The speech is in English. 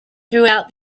throughout